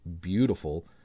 beautiful